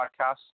podcasts